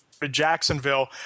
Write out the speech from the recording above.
Jacksonville